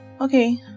Okay